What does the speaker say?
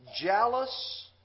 jealous